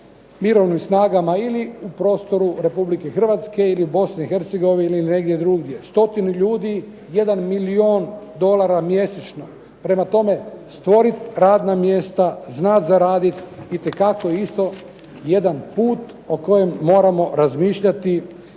mirovnim snagama ili u prostoru Republike Hrvatske ili Bosne i Hercegovine ili negdje drugdje. Stotinu ljudi, 1 milijun dolara mjesečno. Prema tome, stvorit radna mjesta, znat zaradit, itekako je isto jedan put o kojem moramo razmišljati